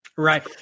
Right